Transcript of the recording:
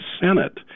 Senate